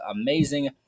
amazing